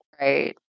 Right